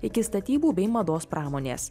iki statybų bei mados pramonės